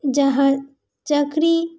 ᱡᱟᱦᱟᱨ ᱪᱟᱹᱠᱨᱤ